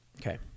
Okay